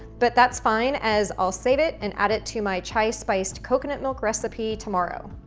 but that's fine as i'll save it and add it to my chai-spiced coconut milk recipe tomorrow.